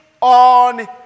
on